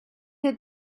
had